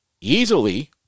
easily